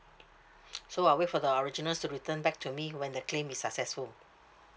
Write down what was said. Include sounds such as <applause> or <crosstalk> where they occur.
<noise> so I'll wait for the originals to return back to me when the claim is successful